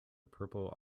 purple